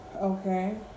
okay